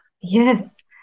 Yes